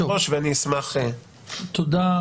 תודה.